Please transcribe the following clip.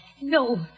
No